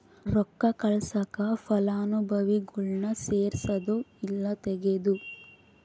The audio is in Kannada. ರೊಕ್ಕ ಕಳ್ಸಾಕ ಫಲಾನುಭವಿಗುಳ್ನ ಸೇರ್ಸದು ಇಲ್ಲಾ ತೆಗೇದು